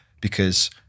because-